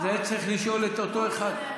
את זה צריך לשאול את אותו אחד.